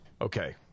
Okay